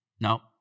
No